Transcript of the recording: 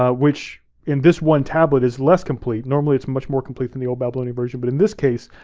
ah which in this one tablet is less complete, normally it's much more complete than the old babylonian version, but in this case,